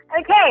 Okay